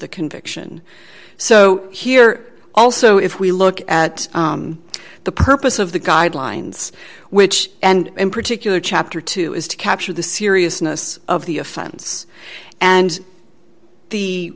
the conviction so here also if we look at the purpose of the guidelines which and in particular chapter two is to capture the seriousness of the offense and the